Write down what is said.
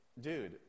dude